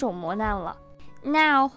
Now